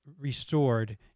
restored